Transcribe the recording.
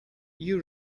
you